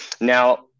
now